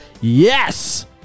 Yes